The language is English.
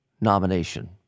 nomination